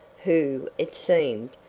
who, it seemed,